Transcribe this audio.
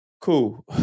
Cool